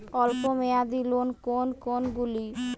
অল্প মেয়াদি লোন কোন কোনগুলি?